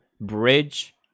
bridge